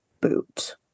boot